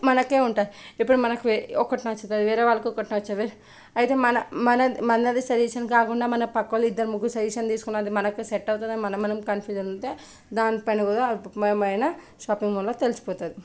మనకు ఉంటుంది ఇప్పుడు మనకు ఒకటి నచ్చుతుంది వేరే వాళ్ళకి ఒకటి నచ్చుతుంది అయితే మన మన మనది సజెషన్ కాకుండా మన పక్కన వాళ్ళు ఇద్దరు ముగ్గురు సజెషన్ తీసుకున్నాను అది మనకు సెట్ అవుతుంది మనం మనం కన్ఫ్యూజన్ ఉంటే దానిపైన కూడా అపూర్వమైన షాపింగ్ మాల్ లో తెలిసిపోతుంది